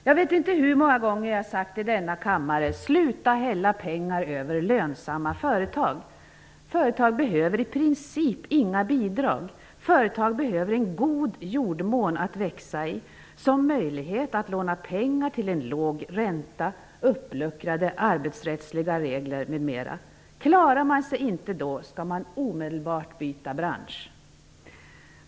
Jag vet inte hur många gånger jag sagt i denna kammare: Sluta hälla pengar över lönsamma företag! Företag behöver i princip inga bidrag. Företag behöver en god jordmån att växa i, som möjlighet att låna pengar till en låg ränta, uppluckrade arbetsrättsliga regler m.m. Klarar man sig inte då, skall man omedelbart byta bransch.